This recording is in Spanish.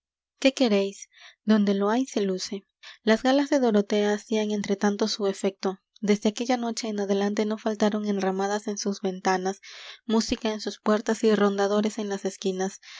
qué queréis donde lo hay se luce las galas de dorotea hacían entre tanto su efecto desde aquella noche en adelante no faltaron enramadas en sus ventanas música en sus puertas y rondadores en las esquinas